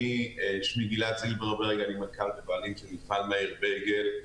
שמי גלעד זילברברג ואני מנכ"ל ובעלים של מפעל מאיר בייגל,